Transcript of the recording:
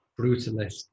brutalist